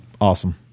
awesome